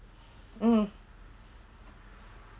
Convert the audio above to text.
mm